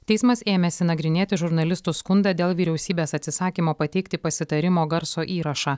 teismas ėmėsi nagrinėti žurnalistų skundą dėl vyriausybės atsisakymo pateikti pasitarimo garso įrašą